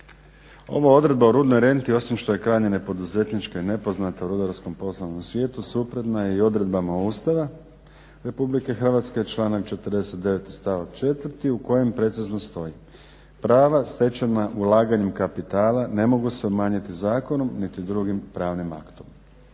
Ova odredba o rudnoj renti osim što je krajnje nepoduzetnička i nepoznata u rudarskom poslovnom svijetu suprotna je i odredbama Ustava RH članak 49. stavak 4. u kojem precizno stoji prava stečena ulaganjem kapitala ne mogu se umanjiti zakonom niti drugim pravnim aktom.